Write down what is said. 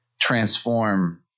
transform